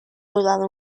rodado